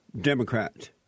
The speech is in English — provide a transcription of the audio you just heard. Democrat